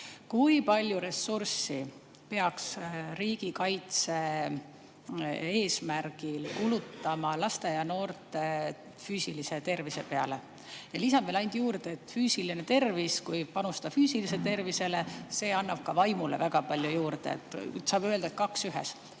Kui palju ressurssi peaks riigikaitse eesmärgil kulutama laste ja noorte füüsilise tervise peale? Lisan ainult juurde, et kui panustada füüsilisele tervisele, siis see annab ka vaimule väga palju juurde. Saab öelda, et kaks ühes.